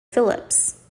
philips